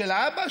של האבא,